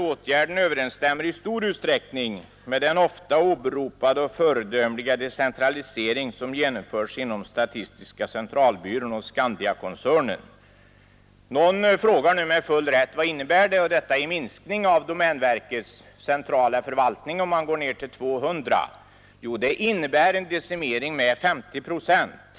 Åtgärden överensstämmer i stor utsträckning med den ofta åberopade och föredömliga decentralisering som genomförts inom statistiska centralbyrån och Skandiakoncernen.” Någon frågar nu med full rätt: Vad innebär det i minskning av domänverkets centrala förvaltning, om man går ner till 200? Jo, det innebär en decimering med 50 procent.